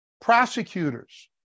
prosecutors